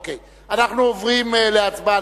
אוקיי, אנחנו עוברים להצבעה.